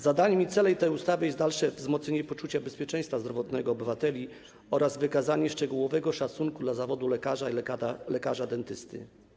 Zadaniem i celem tej ustawy jest dalsze wzmocnienie poczucia bezpieczeństwa zdrowotnego obywateli oraz wykazanie szczególnego szacunku dla zawodów lekarza i lekarza dentysty.